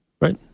Right